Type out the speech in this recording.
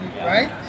right